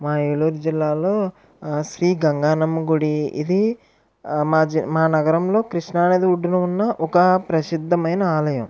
మా ఏలూరు జిల్లాలో శ్రీ గంగానమ్మ గుడి ఇది మా జి మా నగరంలో కృష్ణానది ఒడ్డున ఉన్న ఒక ప్రసిద్ధమైన ఆలయం